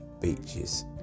beaches